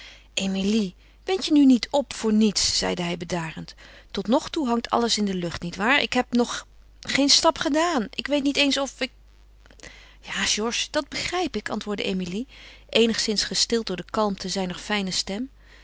emilie wind je nu niet op voor niets zeide hij bedarend totnogtoe hangt alles in de lucht nietwaar ik heb nog geen stap gedaan ik weet niet eens of ik ja georges dat begrijp ik antwoordde emilie eenigszins gestild door de kalmte zijner fijne stem